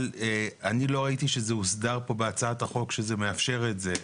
אבל אני לא ראיתי שזה הוסדר פה בהצעת החוק שזה מאפשר את זה.